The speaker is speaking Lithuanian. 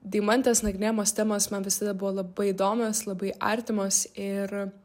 deimantės nagrinėjamos temos man visada buvo labai įdomios labai artimos ir